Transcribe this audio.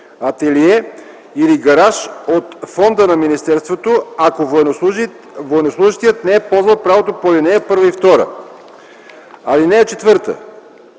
ателие или гараж от фонда на министерството, ако военнослужещият не е ползвал правото по ал. 1 и 2. (4)